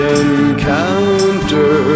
encounter